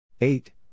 Eight